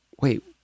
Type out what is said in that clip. wait